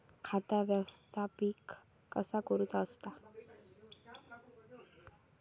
खाता व्यवस्थापित कसा करुचा असता?